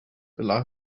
allow